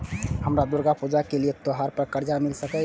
हमरा दुर्गा पूजा के लिए त्योहार पर कर्जा मिल सकय?